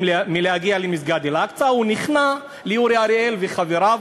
להגיע למסגד אל-אקצא הוא נכנע לאורי אריאל ולחבריו,